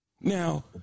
Now